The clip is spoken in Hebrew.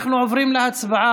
אנחנו עוברים להצבעה.